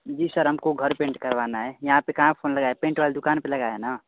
जी sir हमको घर paint करवाना है यहाँ पर काहाँ फोन लगाए पैंट वाले दुकान पर लगाए हैं ना